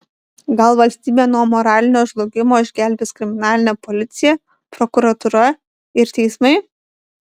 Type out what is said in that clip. gal valstybę nuo moralinio žlugimo išgelbės kriminalinė policija prokuratūra ir teismai